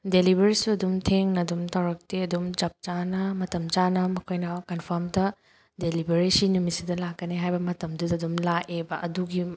ꯗꯦꯂꯤꯚꯔꯤꯁꯨ ꯑꯗꯨꯝ ꯊꯦꯡꯅ ꯑꯗꯨꯝ ꯇꯧꯔꯛꯇꯦ ꯑꯗꯨꯝ ꯆꯞ ꯆꯥꯅ ꯃꯇꯝ ꯆꯥꯅ ꯃꯈꯣꯏꯅ ꯀꯟꯐꯔꯝꯗ ꯗꯤꯂꯤꯚꯔꯤꯁꯤ ꯁꯤ ꯅꯨꯃꯤꯠꯁꯤꯗ ꯂꯥꯛꯀꯅꯤ ꯍꯥꯏꯕ ꯃꯇꯝꯗꯨꯗ ꯑꯗꯨꯝ ꯂꯥꯛꯑꯦꯕ ꯑꯗꯨꯒꯤ